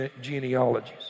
genealogies